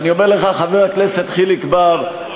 אני אומר לך, חבר הכנסת חיליק בר,